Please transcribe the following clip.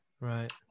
Right